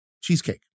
cheesecake